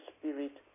Spirit